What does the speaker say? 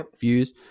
views